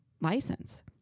license